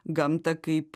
gamtą kaip